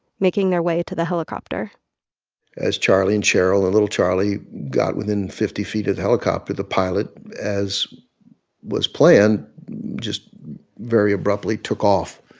making their way to the helicopter as charlie and cheryl and little charlie got within fifty feet of the helicopter, the pilot as was planned just very abruptly took off.